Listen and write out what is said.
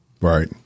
Right